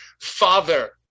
father